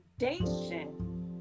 foundation